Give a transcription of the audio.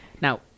Now